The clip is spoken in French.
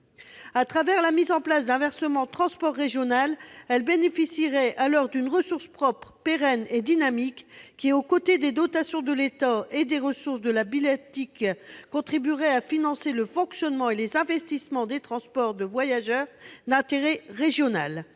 Au travers de la mise en place d'un versement transport régional, les collectivités bénéficieraient d'une ressource propre pérenne et dynamique, qui, avec les dotations de l'État et les ressources de la billettique, contribuerait à financer le fonctionnement et les investissements des transports de voyageurs d'intérêt régional,